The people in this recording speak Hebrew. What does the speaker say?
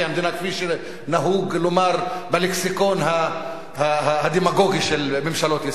כפי שנהוג לומר בלקסיקון הדמגוגי של ממשלות ישראל,